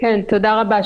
תודה רבה.